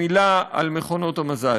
מילה על מכונות המזל.